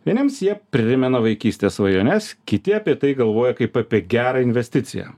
vieniems jie primena vaikystės svajones kiti apie tai galvoja kaip apie gerą investiciją